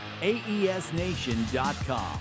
AESnation.com